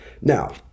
Now